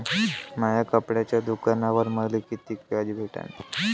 माया कपड्याच्या दुकानावर मले कितीक व्याज भेटन?